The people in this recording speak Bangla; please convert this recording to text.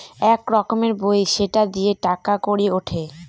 এক রকমের বই সেটা দিয়ে টাকা কড়ি উঠে